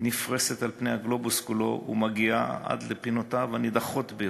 נפרסת על פני הגלובוס כולו ומגיעה עד לפינותיו הנידחות ביותר.